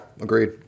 agreed